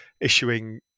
issuing